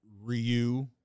Ryu